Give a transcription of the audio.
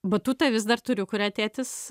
batutą vis dar turiu kurią tėtis